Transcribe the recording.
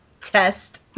test